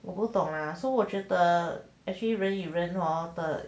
我不懂 lah so 我觉得 actually 人与人